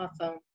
Awesome